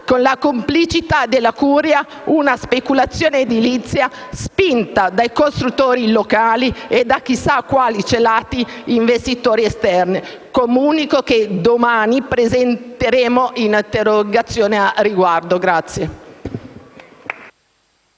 con la complicità della curia, una speculazione edilizia spinta dai costruttori locali e da chissà quali celati investitori esterni. Comunico che domani presenteremo una interrogazione al riguardo.